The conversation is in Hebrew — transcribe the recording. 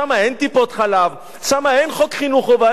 שם אין טיפות-חלב, שם אין חוק חינוך חובה.